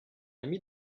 ami